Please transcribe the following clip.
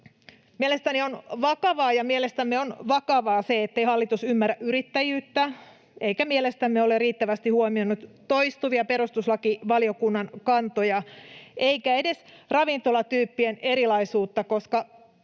ravintoloiden yrittää. Mielestämme on vakavaa se, ettei hallitus ymmärrä yrittäjyyttä eikä mielestämme ole riittävästi huomioinut toistuvia perustuslakivaliokunnan kantoja eikä edes ravintolatyyppien erilaisuutta.